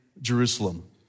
Jerusalem